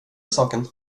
saken